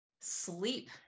sleep